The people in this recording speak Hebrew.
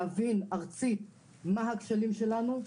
להבין ארצית מה הכשלים שלנו.